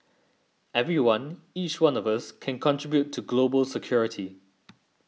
everyone each one of us can contribute to global security